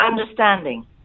understanding